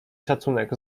szacunek